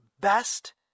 best